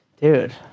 dude